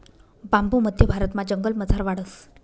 बांबू मध्य भारतमा जंगलमझार वाढस